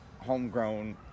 homegrown